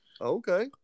Okay